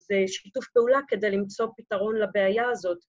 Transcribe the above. זה שיתוף פעולה כדי למצוא פתרון לבעיה הזאת